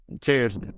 Cheers